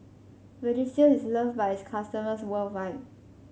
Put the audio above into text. Vagisil is loved by its customers worldwide